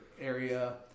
area